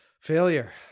failure